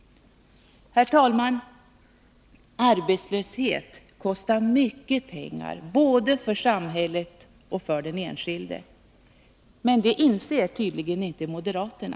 Herr talman! Arbetslöshet kostar mycket pengar både för samhället och för den enskilde. Men det inser tydligen inte moderaterna.